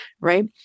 right